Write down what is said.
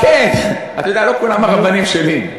ורבני תקומה, כן, אתה יודע, לא כולם הרבנים שלי.